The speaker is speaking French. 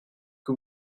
que